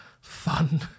fun